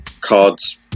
cards